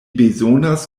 bezonas